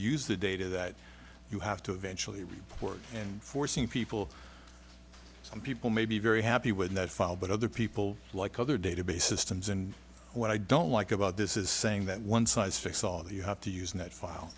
use the data that you have to eventually work and forcing people some people may be very happy with that file but other people like other databases tems and what i don't like about this is saying that one size fits all you have to use that file